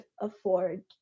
afford